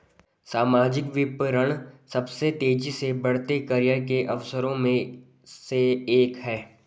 सामाजिक विपणन सबसे तेजी से बढ़ते करियर के अवसरों में से एक है